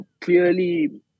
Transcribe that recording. clearly